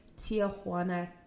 Tijuana